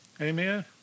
Amen